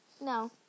no